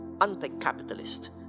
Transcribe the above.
anti-capitalist